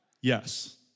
Yes